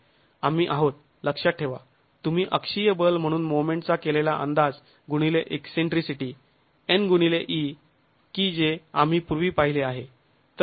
आम्ही आहोत लक्षात ठेवा तुम्ही अक्षीय बल म्हणून मोमेंट चा केलेला अंदाज गुणिले ईकसेंट्रीसिटी N गुणिले e की जे आम्ही पूर्वी पाहिले आहे